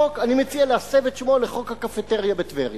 אני מציע להסב את שמו ל"חוק הקפיטריה בטבריה".